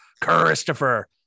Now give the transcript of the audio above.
Christopher